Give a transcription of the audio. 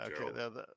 Okay